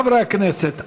חברי הכנסת,